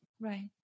Right